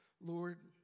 Lord